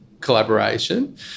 collaboration